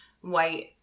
white